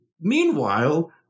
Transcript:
meanwhile